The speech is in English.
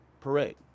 parade